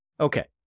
Okay